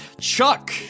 Chuck